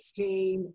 16